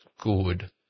good